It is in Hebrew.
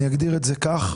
אני אגיד את זה כך,